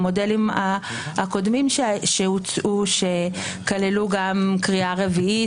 המודלים הקודמים שהוצעו שכללו גם קריאה רביעית.